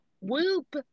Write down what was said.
Whoop